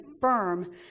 firm